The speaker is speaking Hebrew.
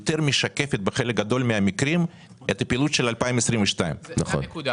משקפת בחלק גדול מהמקרים את הפעילות של 2022. נכון.